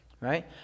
right